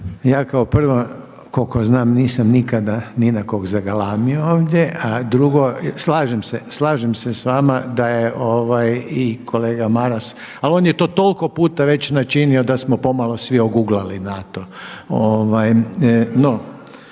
Ja kao prvo koliko znam nisam nikad ni na kog zagalamio ovdje. A drugo slažem se, slažem se sa vama da je i kolega Maras, ali on je to toliko puta već načinio da smo pomalo svi oguglali na to.